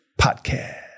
Podcast